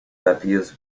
appears